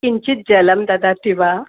किञ्चिद् जलं ददाति वा